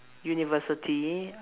university